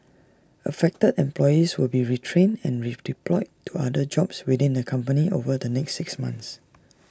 affected employees will be retrained and redeployed to other jobs within the company over the next six months